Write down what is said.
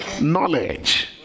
Knowledge